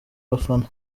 bafana